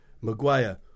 Maguire